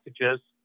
messages